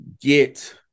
get